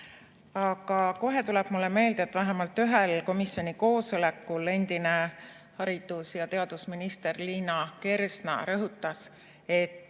Kohe tuleb mulle meelde, et vähemalt ühel komisjoni koosolekul endine haridus‑ ja teadusminister Liina Kersna rõhutas, et